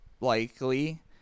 likely